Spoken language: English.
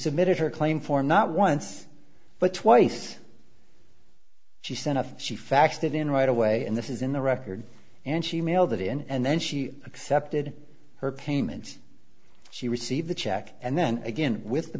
submitted her claim for not once but twice she sent a she faxed it in right away and this is in the record and she mailed it in and then she accepted her payment she received the check and then again with the